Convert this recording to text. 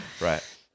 Right